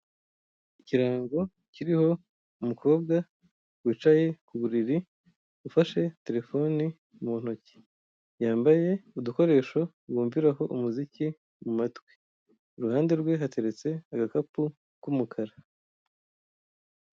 Ikirango kiriho umukobwa wicaye ku buriri, ufashe telefone mu ntoki, yambaye udukoresho yumviraho umuziki mu matwi, iruhande hateretseho agakapu k'umukara.